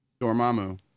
Dormammu